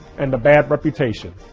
and a bad reputation.